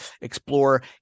explore